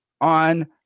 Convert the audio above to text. on